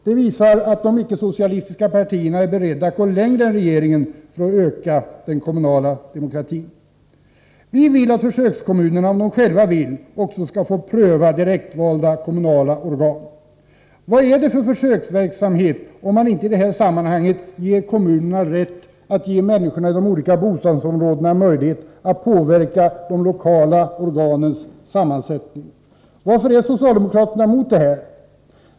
Det visar att de icke-socialistiska pårtierna är beredda att gå längre än regeringen för att öka den kommunala demokratin. Vi vill att försökskommunerna, om de själva så önskar, också skall få pröva direktvalda kommunala organ. Vad är det för försöksverksamhet, om inte kommunerna i detta sammanhang får rätt att ge människorna i de olika bostadsområdena möjlighet att påverka de lokala organens sammansättning? Varför är socialdemokraterna mot detta?